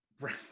right